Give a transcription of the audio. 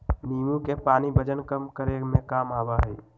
नींबू के पानी वजन कम करे में काम आवा हई